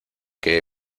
que